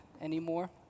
anymore